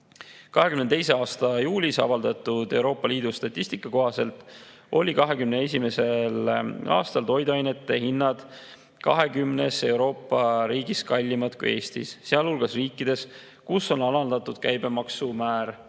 2022. aasta juulis avaldatud Euroopa Liidu statistika kohaselt olid 2021. aastal toiduainete hinnad 20 Euroopa riigis kallimad kui Eestis, sealhulgas riikides, kus on alandatud käibemaksumäär: